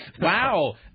Wow